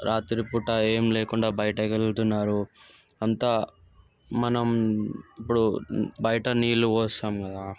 రాత్రి పూట ఏం లేకుండా బయటకు వెళ్తున్నారు అంతా మనం ఇప్పుడు బయట నీళ్ళు పోస్తాం కదా